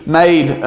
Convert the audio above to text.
made